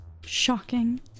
Shocking